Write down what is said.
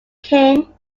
king